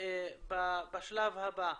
בשלב הבא,